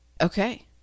Okay